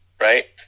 Right